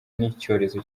n’icyorezo